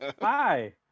Hi